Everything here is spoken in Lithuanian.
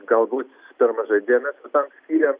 galbūt per mažai dėmesio tam skyrėm